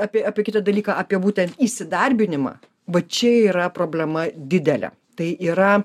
apie apie kitą dalyką apie būtent įsidarbinimą va čia yra problema didelė tai yra